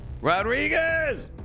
Rodriguez